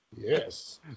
Yes